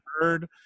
heard